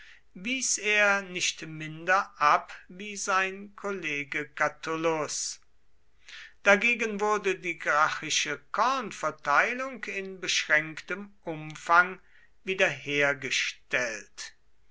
wies er nicht minder ab wie sein kollege catulus dagegen wurde die gracchische kornverteilung in beschränktem umfang wiederhergestellt